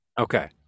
Okay